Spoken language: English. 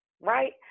right